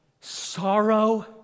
sorrow